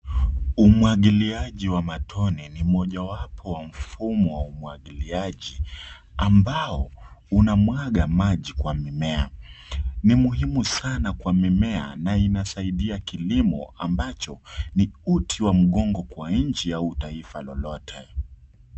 Umwagiliaji wa matone ni mojawapo wa mfumo wa umwagiliaji ambao unamwaga maji kwa mimea. Ni muhimu sana kwa mimea na inasaidia kilimo, ambacho ni uti wa mgongo kwa nchi au taifa lolote.